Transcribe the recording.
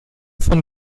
von